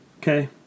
Okay